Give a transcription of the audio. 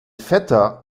vetter